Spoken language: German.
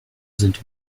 sind